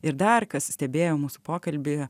ir dar kas stebėjo mūsų pokalbį